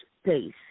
space